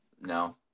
No